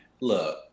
Look